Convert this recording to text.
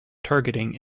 targeting